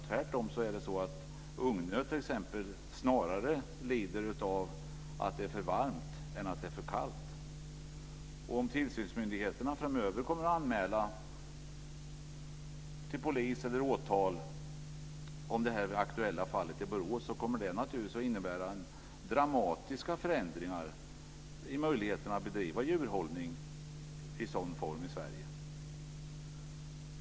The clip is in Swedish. Tvärtom är det så att ungnöt snarare lider av att det är för varmt än av att det är för kallt. Om tillsynsmyndigheten framöver kommer att anmäla till polis för att få åtal väckt, som i det aktuella fallet i Borås, kommer det naturligtvis att innebära dramatiska förändringar i möjligheten att bedriva djurhållning i sådan form i Sverige.